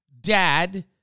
Dad